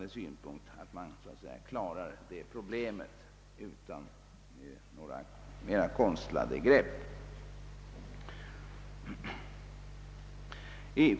Detta problem borde då kunna lösas utan några mera konstlade grepp.